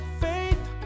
faith